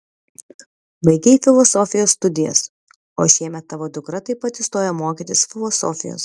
baigei filosofijos studijas o šiemet tavo dukra taip pat įstojo mokytis filosofijos